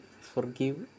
forgive